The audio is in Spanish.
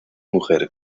mujer